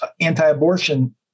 anti-abortion